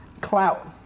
clout